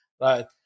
right